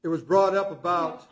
it was brought up about